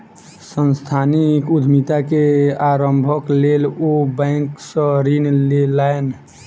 सांस्थानिक उद्यमिता के आरम्भक लेल ओ बैंक सॅ ऋण लेलैन